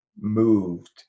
moved